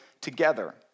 together